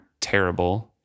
terrible